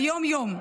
ביום-יום.